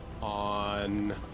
on